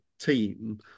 team